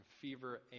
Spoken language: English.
fever